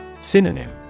Synonym